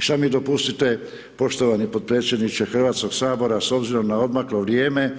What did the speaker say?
Samo mi dopustite poštovani potpredsjedniče Hrvatskog sabora, s obzirom na odmaklo vrijeme,